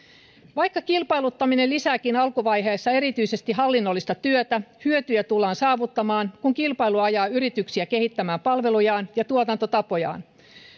vaikka kilpailuttaminen lisääkin alkuvaiheessa erityisesti hallinnollista työtä hyötyjä tullaan saavuttamaan kun kilpailu ajaa yrityksiä kehittämään palvelujaan ja tuotantotapojaan